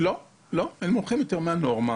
לא, הם נמוכים יותר מהנורמה.